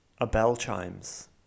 abellchimes